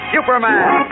Superman